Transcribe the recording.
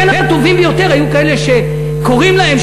בין הטובים ביותר היו כאלה שקוראים להם,